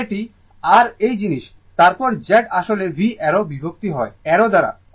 তো এটি r এই জিনিস তারপর Z আসলে V অ্যারো বিভক্ত হয় r I অ্যারো দ্বারা